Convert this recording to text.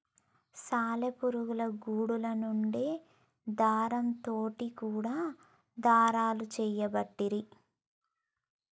సాలె పురుగుల గూడులా వుండే దారం తోటి కూడా దారాలు తయారు చేయబట్టిరి